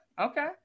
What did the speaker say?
okay